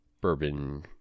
bourbon